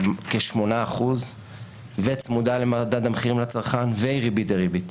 כ-8% וצמודה למדד המחירים לצרכן והיא ריבית דריבית.